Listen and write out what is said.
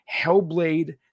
Hellblade